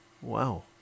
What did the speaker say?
Wow